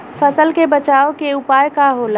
फसल के बचाव के उपाय का होला?